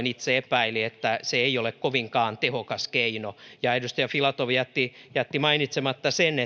itse epäili että se ei ole kovinkaan tehokas keino ja edustaja filatov jätti jätti mainitsematta sen